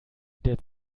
der